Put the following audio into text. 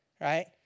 right